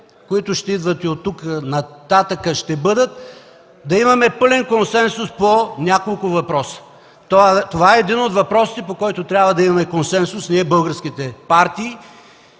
които ще идват и оттук нататък ще бъдат, да имаме пълен консенсус по няколко въпроса. Това е един от въпросите, по който ние – българските партии,